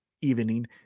evening